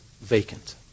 vacant